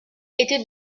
était